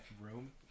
room